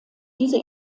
diese